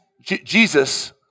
Jesus